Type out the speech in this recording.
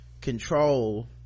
control